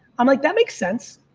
i'm like, that makes sense.